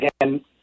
Again